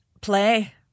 play